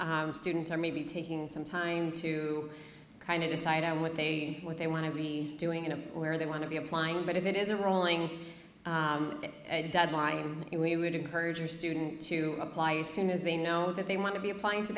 that students are maybe taking some time to kind of decide on what they what they want to be doing and where they want to be applying but if it is a rolling deadline we would encourage your student to apply as soon as they know that they want to be applying